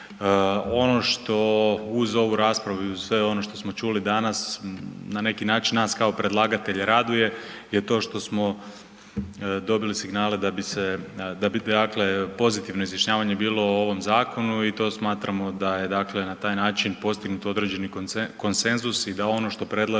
Ono što uz ovu raspravu i uz sve ono što smo čuli danas, na neki način nas kao predlagatelja raduje, je to što smo dobili signale da bi se, da bi dakle pozitivno izjašnjavanje bilo o ovom zakonu i to smatramo da je dakle na taj način da je dakle na taj način postignut određeni konsenzus i da ono što predlažemo